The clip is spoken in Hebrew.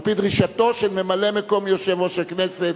על-פי דרישתו של ממלא-מקום יושב-ראש הכנסת